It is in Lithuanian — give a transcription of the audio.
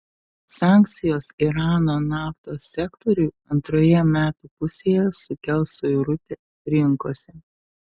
sankcijos irano naftos sektoriui antroje metų pusėje sukels suirutę rinkose